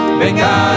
venga